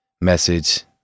message